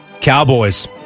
Cowboys